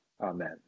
Amen